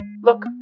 look